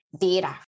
data